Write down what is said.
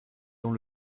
dans